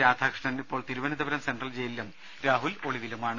രാധാകൃഷ്ണൻ ഇപ്പോൾ തിരുവനന്തപുരം സെൻട്രൽ ജയിലിലും രാഹുൽ ഒളിവിലുമാണ്